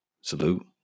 Salute